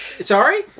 Sorry